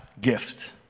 gift